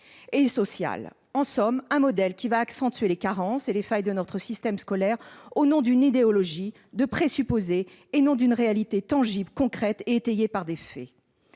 et sociale : en somme, un modèle qui va accentuer les carences et les failles de notre système scolaire, au nom d'une idéologie, de présupposés, et non d'une réalité tangible, concrète et étayée par des faits.